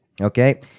Okay